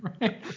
right